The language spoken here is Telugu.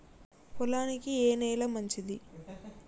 పొలానికి ఏ నేల మంచిది?